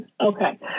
Okay